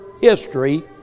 history